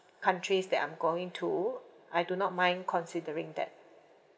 countries that I'm going to I do not mind considering that